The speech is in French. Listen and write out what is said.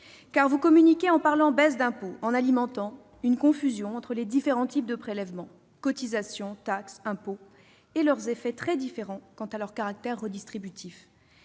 vous communiquez en parlant de baisses d'impôts, en alimentant une confusion entre les différents types de prélèvements- cotisations, impôts et taxes -et leurs effets, très différents sur le plan redistributif